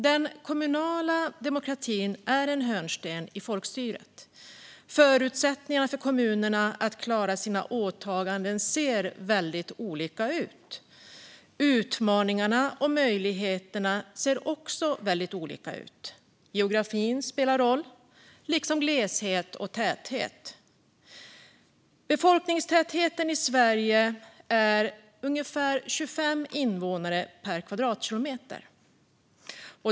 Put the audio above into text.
Den kommunala demokratin är en hörnsten i folkstyret. Förutsättningarna för kommunerna att klara sina åtaganden ser dock väldigt olika ut. Även utmaningarna och möjligheterna ser väldigt olika ut. Geografin spelar roll liksom gleshet och täthet. Befolkningstätheten i Sverige är ungefär 25 invånare per kvadratkilometer.